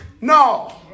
No